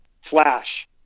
flash